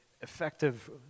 effective